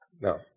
no